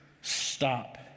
stop